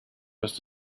was